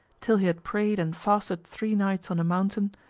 till he had prayed and fasted three nights on a mountain,